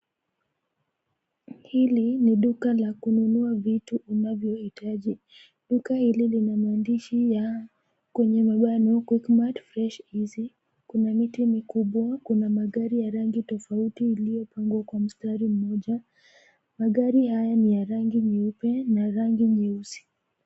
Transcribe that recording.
Hili ni duka la kununua vitu ambavyo wahitaji. Duka hili lina maandishi ya kwenye mabano[sc] Quickmart fresh easy [sc]. Kuna miti mikubwa. Kuna magari ya rangi tofauti iliyopangwa kwa mstari mmoja. Magari haya ni ya rangi nyeupe na rangi nyeusi.